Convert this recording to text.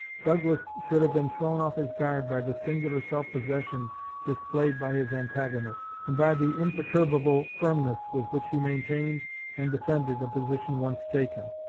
douglas should have been thrown off his guard by the singular self-possession displayed by his antagonist, and by the imperturbable firmness with which he maintained and defended a position once taken.